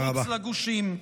מחוץ לגושים.